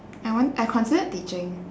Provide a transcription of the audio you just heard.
I want~ I considered teaching